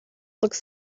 looks